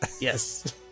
Yes